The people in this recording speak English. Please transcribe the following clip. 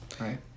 Right